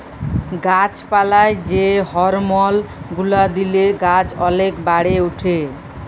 গাছ পালায় যে হরমল গুলা দিলে গাছ ওলেক বাড়ে উঠে